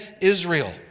Israel